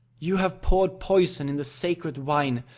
you have poured poison in the sacred wine,